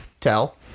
Tell